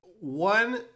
one